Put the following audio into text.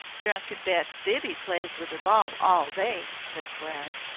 drunken bet's biby plays with er ball all day, said glad.